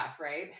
right